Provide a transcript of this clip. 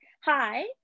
Hi